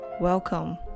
Welcome